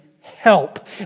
help